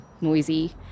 noisy